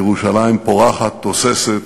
ירושלים פורחת, תוססת,